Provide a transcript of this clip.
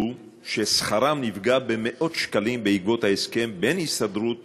ששכרם נפגע במאות שקלים בעקבות ההסכם בין הסתדרות